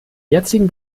jetzigen